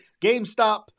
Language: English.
GameStop